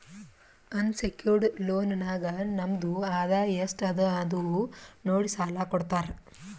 unsecured loan ನಾಗ್ ನಮ್ದು ಆದಾಯ ಎಸ್ಟ್ ಅದ ಅದು ನೋಡಿ ಸಾಲಾ ಕೊಡ್ತಾರ್